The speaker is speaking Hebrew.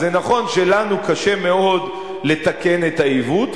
אז זה נכון שלנו קשה לתקן את העיוות.